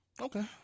Okay